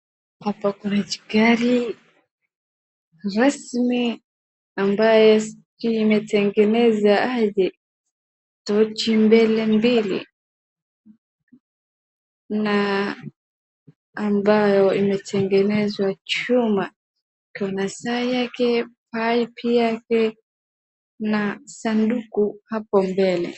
Hapo kuna jigari rasmi ambayo sijui imetengenezwa aje, tochi mbele mbili na ambayo imetengenezwa chuma, iko na saa yake, paipu yake na sanduku hapo mbele.